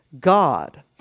God